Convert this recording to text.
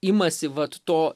imasi vat to